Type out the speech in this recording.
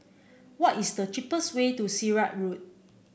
why is the cheapest way to Sirat Road